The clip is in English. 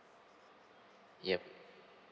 yup